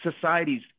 societies